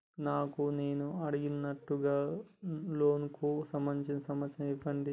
నాకు నేను అడిగినట్టుగా లోనుకు సంబందించిన సమాచారం ఇయ్యండి?